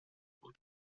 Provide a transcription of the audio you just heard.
بود